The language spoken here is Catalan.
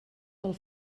pel